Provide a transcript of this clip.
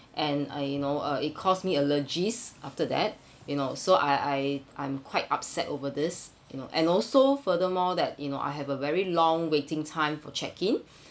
and uh you know uh it caused me allergies after that you know so I I I'm quite upset over this you know and also furthermore that you know I have a very long waiting time for check in